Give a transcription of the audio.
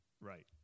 Right